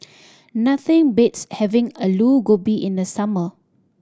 nothing beats having Aloo Gobi in the summer